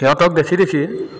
সিহঁতক দেখি দেখিয়ে